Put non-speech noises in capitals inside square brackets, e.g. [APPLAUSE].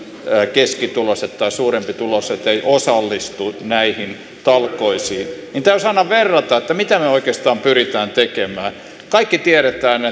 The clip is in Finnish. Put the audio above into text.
keskituloiset tai suurempituloiset eivät osallistu näihin talkoisiin niin täytyisi aina verrata mitä me oikeastaan pyrimme tekemään kaikki tiedämme [UNINTELLIGIBLE]